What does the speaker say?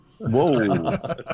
Whoa